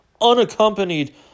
unaccompanied